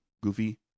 goofy